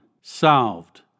Solved